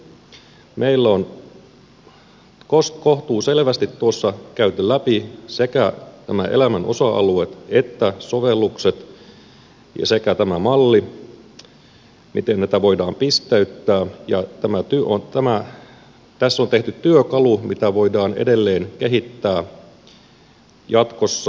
meillä on kohtuuselvästi tuossa käyty läpi sekä nämä elämän osa alueet että sovellukset sekä tämä malli miten näitä voidaan pisteyttää ja tässä on tehty työkalu mitä voidaan edelleen kehittää jatkossa